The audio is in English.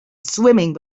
swimming